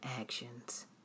actions